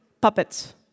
puppets